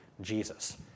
Jesus